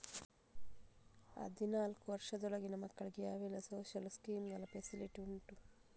ಹದಿನಾಲ್ಕು ವರ್ಷದ ಒಳಗಿನ ಮಕ್ಕಳಿಗೆ ಯಾವೆಲ್ಲ ಸೋಶಿಯಲ್ ಸ್ಕೀಂಗಳ ಫೆಸಿಲಿಟಿ ಉಂಟು?